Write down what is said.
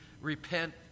repent